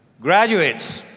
graduates,